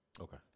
Okay